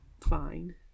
fine